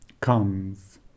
comes